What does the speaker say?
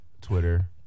Twitter